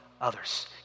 others